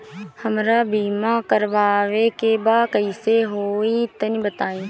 हमरा बीमा करावे के बा कइसे होई तनि बताईं?